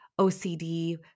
OCD